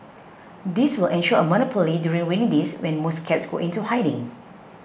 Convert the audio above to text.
this will ensure a monopoly during rainy days when most cabs go into hiding